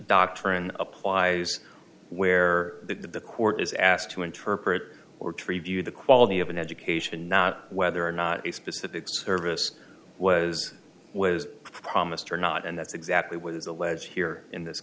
doctrine applies where the court is asked to interpret or treeview the quality of an education not whether or not a specific service was was promised or not and that's exactly what is alleged here in this